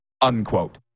unquote